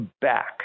back